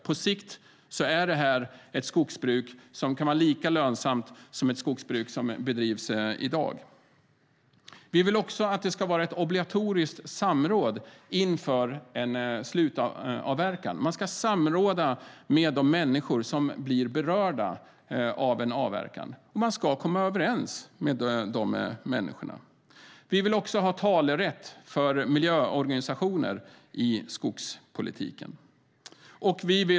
På sikt är det ett skogsbruk som kan vara lika lönsamt som det skogsbruk som bedrivs i dag. Vi vill också att det ska vara ett obligatoriskt samråd inför en slutavverkning. Man ska samråda med de människor som blir berörda av en avverkning, och man ska komma överens med de människorna. Vi vill även ha talerätt för miljöorganisationer i skogspolitiken.